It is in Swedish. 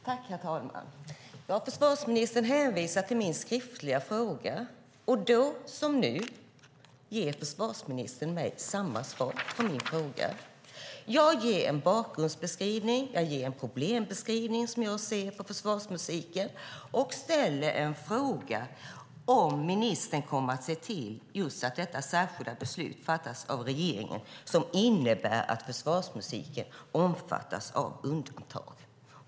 Herr talman! Försvarsministern hänvisar till min skriftliga fråga. Försvarsministern ger samma svar på frågan nu som då. Jag ger en bakgrundsbeskrivning, jag ger en problembeskrivning av försvarsmusiken och jag ställer en fråga om huruvida ministern kommer att se till att regeringen fattar detta särskilda beslut som innebär att försvarsmusiken omfattas av undantag.